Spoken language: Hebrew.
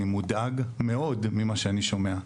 אני מודאג מאוד ממה שאני שומע.